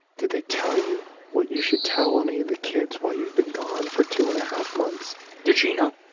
did they tell you what you should tell any of the kids why you've been gone for two and a half months? did she know?